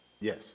Yes